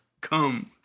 Come